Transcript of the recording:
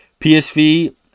psv